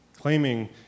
claiming